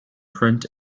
print